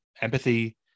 empathy